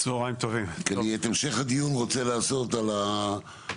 אני את המשך הדיון רוצה לעשות על המהות,